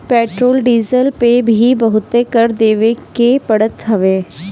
petrol diesel पअ भी बहुते कर देवे के पड़त हवे